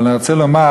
אבל אני רוצה לומר